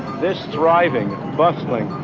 this thriving, bustling,